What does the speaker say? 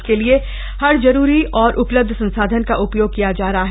इसके लिए हर जरूरी और उपलब्ध संसाधन का उपयोग किया जा रहा है